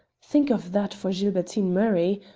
think of that for gilbertine murray!